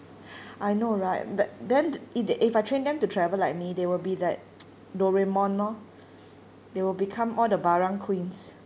I know right then then it if I train them to travel like me they will be that doraemon lor they will become all the barang queens